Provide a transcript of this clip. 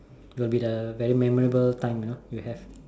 will be the very memorable time you know you have